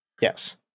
Yes